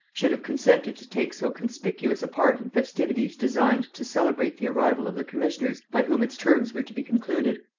should have consented to take so conspicuous a part in festivities designed to celebrate the arrival of the commissioners by whom its terms were to be concluded.